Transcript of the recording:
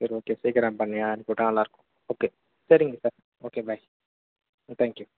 சரி ஓகே சீக்கிரம் பண்ணி அனுப்பிவிட்டால் நல்லா இருக்கும் ஓகே சரிங்க சார் ஓகே பாய் தாங்க்யூ